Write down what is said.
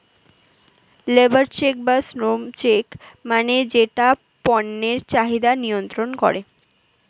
labour check বা শ্রম check মানে যেটা পণ্যের চাহিদা নিয়ন্ত্রন করে